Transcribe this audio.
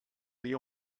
dia